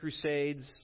crusades